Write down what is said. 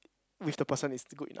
with the person is good